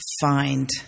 find